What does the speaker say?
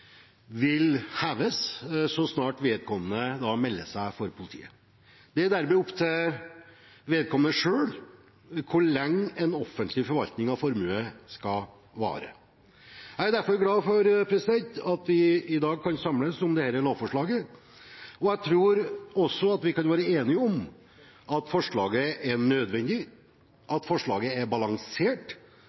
vil oppheves så snart vedkommende melder seg for politiet. Det er dermed opp til vedkommende selv hvor lenge en offentlig forvaltning av formue skal vare. Jeg er derfor glad for at vi i dag kan samles om dette lovforslaget. Jeg tror også vi kan være enige om at forslaget er nødvendig, at forslaget er balansert,